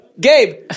gabe